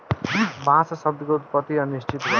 बांस शब्द के उत्पति अनिश्चित बा